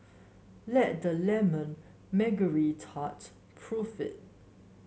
let the lemon tart prove it